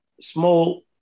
small